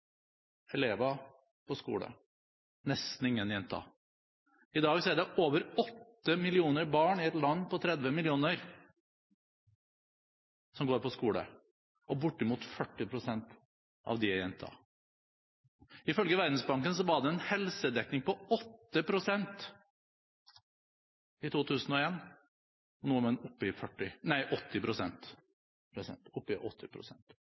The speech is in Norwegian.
elever på skole – nesten ingen jenter. I dag er det over 8 millioner barn i et land på 30 millioner som går på skole, og bortimot 40 pst. av dem er jenter. Ifølge Verdensbanken var det en helsedekning på 8 pst. i 2001. Nå er man oppe i 80